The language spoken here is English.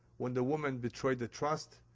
when the woman betrayed the trust,